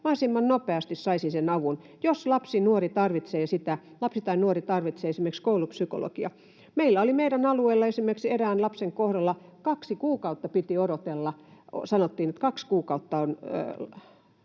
mahdollisimman nopeasti saisi sen avun, jos lapsi, nuori tarvitsee esimerkiksi koulupsykologia. Meidän alueellamme esimerkiksi erään lapsen kohdalla kaksi kuukautta piti odotella, kun sanottiin, että kaksi kuukautta on